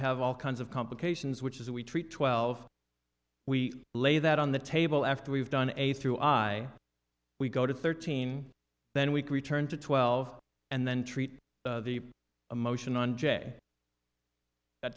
have all kinds of complications which is we treat twelve we lay that on the table after we've done a through i we go to thirteen then we can return to twelve and then treat the emotion on jay that